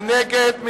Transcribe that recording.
מי נגד?